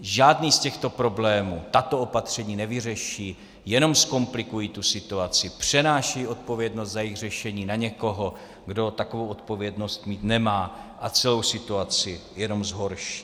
Žádný z těchto problémů tato opatření nevyřeší, jenom zkomplikují situaci, přenášejí odpovědnost za jejich řešení na někoho, kdo takovou odpovědnost mít nemá, a celou situaci jenom zhorší.